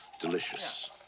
delicious